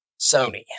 sony